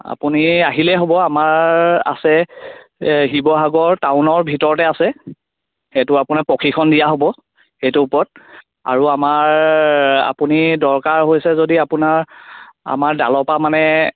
আপুনি আহিলে হ'ব আমাৰ আছে শিৱসাগৰ টাউনৰ ভিতৰতে আছে সেইটো আপোনাৰ প্ৰশিক্ষণ দিয়া হ'ব সেইটো ওপৰত আৰু আমাৰ আপুনি দৰকাৰ হৈছে যদি আপোনাৰ আমাৰ ডালৰ পৰা মানে